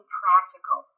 practical